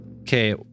Okay